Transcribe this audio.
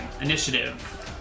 Initiative